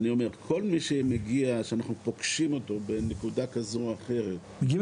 כל מי שמגיע שאנחנו פוגשים אותו בנקודה כזו או אחרת- -- מגיעים